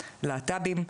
להט"בים,